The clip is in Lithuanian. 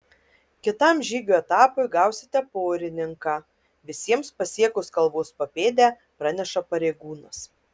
kitam žygių etapui gausite porininką visiems pasiekus kalvos papėdę praneša pareigūnas